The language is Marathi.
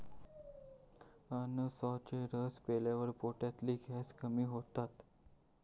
अननसाचो रस पिल्यावर पोटातलो गॅस कमी होता